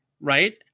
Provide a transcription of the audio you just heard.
right